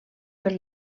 per